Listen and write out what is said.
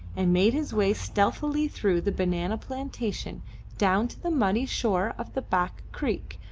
and made his way stealthily through the banana plantation down to the muddy shore of the back creek,